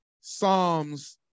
Psalms